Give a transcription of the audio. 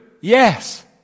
Yes